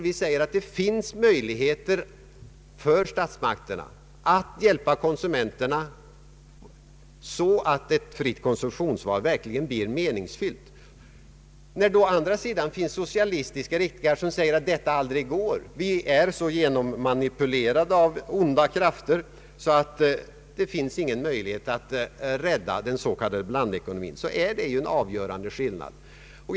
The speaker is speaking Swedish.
Vi säger att det finns möjligheter för statsmakterna att hjälpa konsumenterna så att ett fritt konsumtionsval verkligen blir meningsfyllt. Å andra sidan finns det meningsriktningar som säger att det inte går. Vi är så genommanipulerade av onda krafter att det inte finns någon möjlighet att rädda blandekonomin, sägs det. Där finns en avgörande skillnad i synsätt.